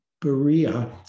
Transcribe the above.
Berea